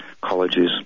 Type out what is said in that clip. colleges